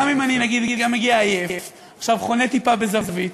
גם אם אני מגיע עייף וחונה טיפה בזווית,